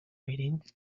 reading